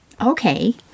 Okay